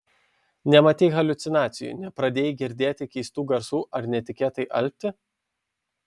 nematei haliucinacijų nepradėjai girdėti keistų garsų ar netikėtai alpti